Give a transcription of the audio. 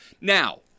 Now